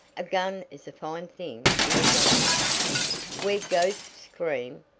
a gun is a fine thing in a jungle where ghosts scream,